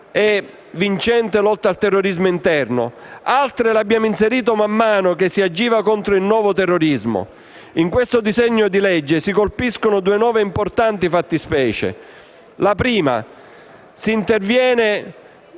e vincente lotta al terrorismo interno; altre le abbiamo inserite man mano che si agiva contro il nuovo terrorismo. In questo disegno di legge si colpiscono due nuove e importanti fattispecie; si interviene